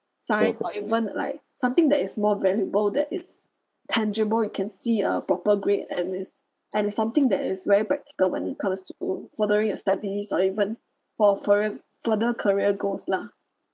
science or even like something that is more valuable that is tangible you can see a proper grade and is and is something that is very practical when it comes to furthering your studies or even for for reer~ further career goals lah